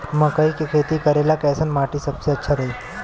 मकई के खेती करेला कैसन माटी सबसे अच्छा रही?